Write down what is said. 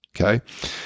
Okay